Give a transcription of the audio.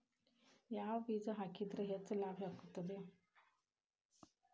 ಯಾವ ಬೇಜ ಹಾಕಿದ್ರ ಹೆಚ್ಚ ಲಾಭ ಆಗುತ್ತದೆ?